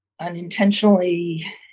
unintentionally